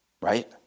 right